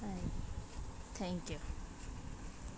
ಆಯ್ತು thank you